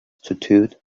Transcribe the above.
tattooed